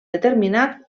determinat